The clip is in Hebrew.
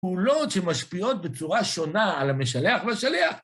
פעולות שמשפיעות בצורה שונה על המשלח והשליח.